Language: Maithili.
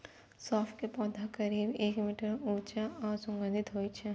सौंफ के पौधा करीब एक मीटर ऊंच आ सुगंधित होइ छै